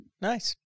Nice